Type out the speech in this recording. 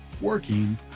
working